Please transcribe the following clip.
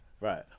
Right